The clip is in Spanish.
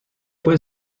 fue